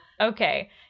Okay